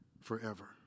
forever